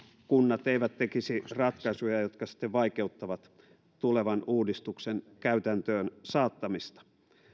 kunnat eivät tekisi ratkaisuja jotka sitten vaikeuttavat tulevan uudistuksen käytäntöön saattamista